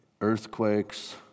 earthquakes